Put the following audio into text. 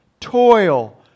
toil